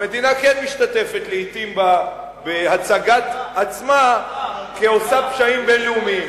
המדינה כן משתתפת לעתים בהצגת עצמה כעושה פשעים בין-לאומיים.